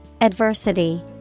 Adversity